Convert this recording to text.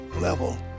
level